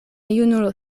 junulo